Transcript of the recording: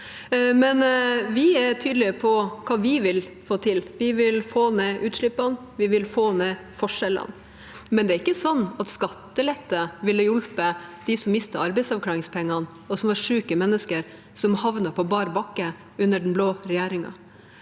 Vi er tydelige på hva vi vil få til. Vi vil få ned utslippene. Vi vil få ned forskjellene. Men det er ikke sånn at skattelette ville hjulpet dem som mistet arbeidsavklaringspengene, syke mennesker som havnet på bar bakke under den blå regjeringen.